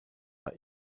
war